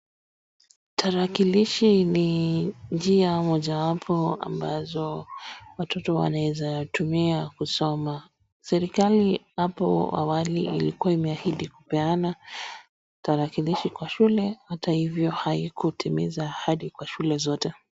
Tarakilishi ni njia mojawapo watoto ambazo wanaeza tumia kusoma, serikali hapo awali ilikua imeahidi kupeana tarakilishi kwa shule, hata hivyo haikutimiza ahadi kwa shule zote .